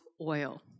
oil